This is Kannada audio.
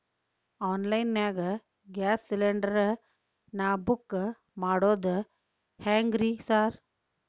ಆನ್ಲೈನ್ ನಾಗ ಗ್ಯಾಸ್ ಸಿಲಿಂಡರ್ ನಾ ಬುಕ್ ಮಾಡೋದ್ ಹೆಂಗ್ರಿ ಸಾರ್?